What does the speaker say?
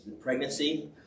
pregnancy